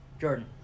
Jordan